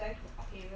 mmhmm